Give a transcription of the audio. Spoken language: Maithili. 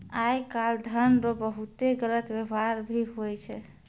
आय काल धन रो बहुते गलत वेवहार भी हुवै छै